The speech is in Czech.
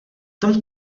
tom